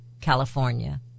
California